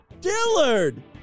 Dillard